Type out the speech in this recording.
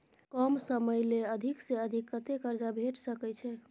कम समय ले अधिक से अधिक कत्ते कर्जा भेट सकै छै?